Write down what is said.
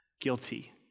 Guilty